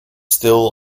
still